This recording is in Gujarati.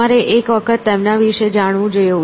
તમારે એક વખત તેમના વિશે જાણવું જોઈએ